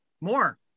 More